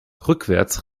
rückwärts